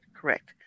Correct